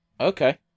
Okay